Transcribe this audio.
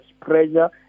pressure